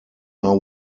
are